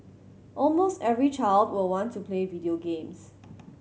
almost every child will want to play video games